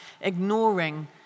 ignoring